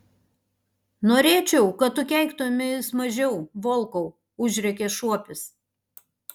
norėčiau kad tu keiktumeis mažiau volkau užrėkė šuopis